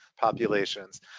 populations